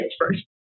first